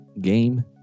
Game